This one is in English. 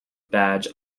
badge